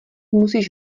musíš